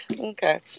Okay